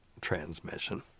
transmission